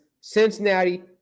Cincinnati